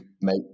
make